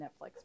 Netflix